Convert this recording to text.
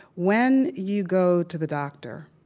when you go to the doctor,